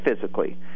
physically